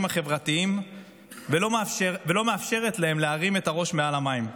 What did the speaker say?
החברתיים ולא מאפשרת להם להרים את הראש מעל המים.